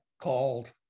called